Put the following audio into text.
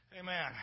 Amen